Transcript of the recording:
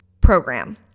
program